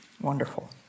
Wonderful